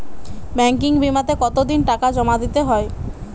Banking বিমাতে কত দিন টাকা জমা দিতে হয়?